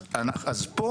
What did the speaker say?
אז פה,